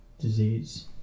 disease